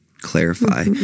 clarify